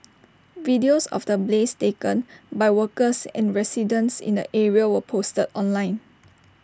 videos of the blaze taken by workers and residents in the area were posted online